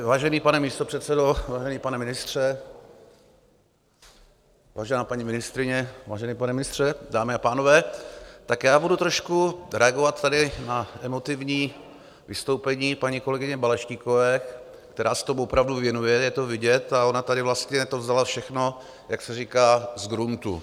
Vážený pane místopředsedo, vážený pane ministře, vážená paní ministryně, vážený pane ministře, dámy a pánové, budu trošku reagovat tady na emotivní vystoupení paní kolegyně Balaštíkové, která se tomu opravdu věnuje, je to vidět, a ona tady to vlastně vzala všechno, jak se říká, zgruntu.